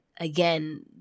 again